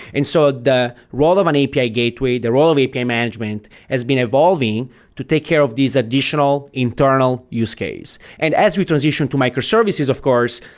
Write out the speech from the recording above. and so ah the role of an api gateway, the role of api management has been evolving to take care of these additional internal use case, and as we transition to microservices of course,